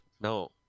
No